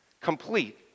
complete